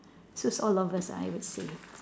suits all of us ah I would say